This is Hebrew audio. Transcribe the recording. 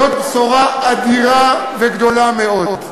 זאת בשורה אדירה וגדולה מאוד.